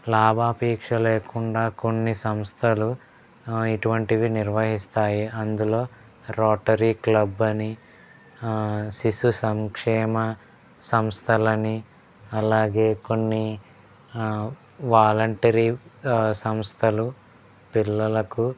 లాభాపేక్ష లేకుండా కొన్ని సంస్థలు ఇటువంటివి నిర్వహిస్తాయి అందులో రోటరీ క్లబ్ అని శిశు సంక్షేమ సంస్థలు అని అలాగే కొన్ని వాలంటరీ సంస్థలు పిల్లలకు